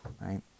Right